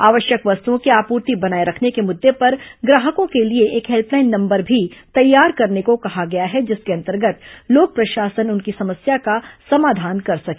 आवश्यक वस्तुओं की आपूर्ति बनाए रखने के मुद्दों पर ग्राहकों के लिए एक हेल्पलाइन नंबर भी तैयार करने को कहा गया है जिसके अंतर्गत लोक प्रशासन उनकी समस्या का समाधान कर सके